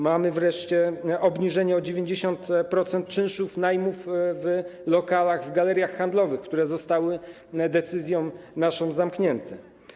Mamy wreszcie obniżenie o 90% czynszów najmów w lokalach w galeriach handlowych, które zostały naszą decyzją zamknięte.